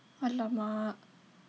!alamak!